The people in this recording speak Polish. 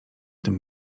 tym